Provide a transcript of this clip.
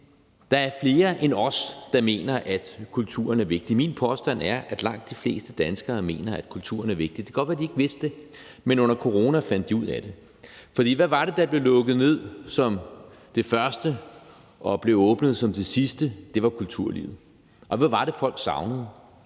der er flere end os, der mener, at kulturen er vigtig. Min påstand er, at langt de fleste danskere mener, at kulturen er vigtig. Det kan godt være, at de ikke vidste det, men under corona fandt de ud af det. For hvad var det, der blev lukket ned som det første og blev åbnet som det sidste? Det var kulturlivet. Og hvad var det, folk savnede?